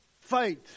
fight